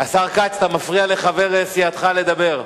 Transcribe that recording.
השר כץ, אתה מפריע לחבר סיעתך לדבר.